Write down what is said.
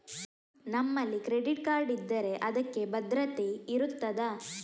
ನಮ್ಮಲ್ಲಿ credit card ಇದ್ದರೆ ಅದಕ್ಕೆ ಭದ್ರತೆ ಇರುತ್ತದಾ?